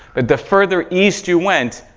but the further east you went,